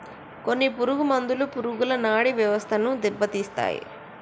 కొన్ని పురుగు మందులు పురుగుల నాడీ వ్యవస్థను దెబ్బతీస్తాయి